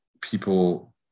people